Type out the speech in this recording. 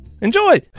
Enjoy